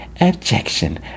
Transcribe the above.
objection